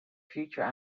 future